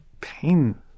pain